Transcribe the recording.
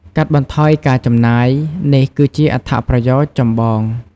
កាត់បន្ថយការចំណាយ: នេះគឺជាអត្ថប្រយោជន៍ចម្បង។